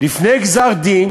לפני גזר-דין